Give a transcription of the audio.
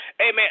amen